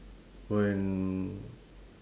when